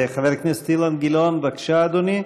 חבר הכנסת אילן גילאון, בבקשה, אדוני.